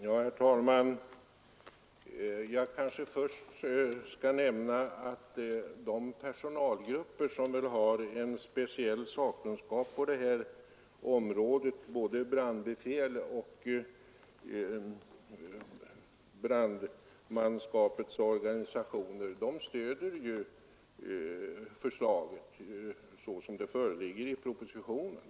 Herr talman! Jag kanske först skall nämna att de personalgrupper som väl har en speciell sakkunskap på detta område — både brandbefäl och brandmanskapet genom sina organisationer — stöder förslaget så som det föreligger i propositionen.